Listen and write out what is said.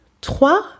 Trois